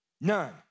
None